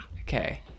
Okay